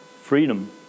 freedom